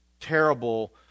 terrible